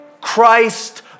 Christ